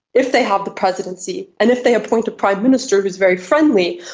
if they have the presidency and if they appoint a prime minister who is very friendly,